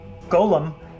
golem